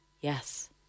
yes